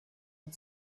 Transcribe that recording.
hat